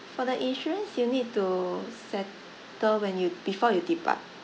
for the insurance you need to settle when you before you depart